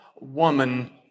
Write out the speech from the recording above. woman